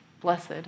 Blessed